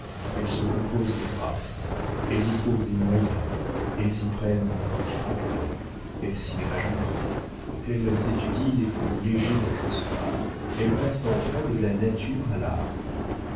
elles se composent des grâces elles y trouvent des moyens elles y prennent un caractère elles s'y rajeunissent elles étudient les plus légers accessoires elles passent enfin de la nature à l'art